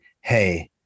hey